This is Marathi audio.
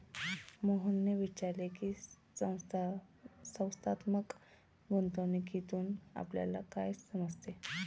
मोहनने विचारले की, संस्थात्मक गुंतवणूकीतून आपल्याला काय समजते?